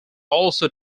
also